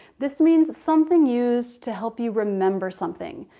this means something used to help you remember something.